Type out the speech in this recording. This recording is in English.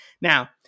Now